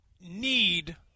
need